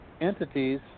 entities